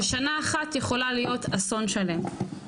ששנה אחת יכולה להיות אסון שלם.